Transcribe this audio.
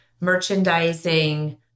merchandising